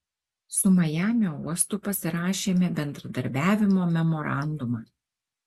su majamio uostu pasirašėme bendradarbiavimo memorandumą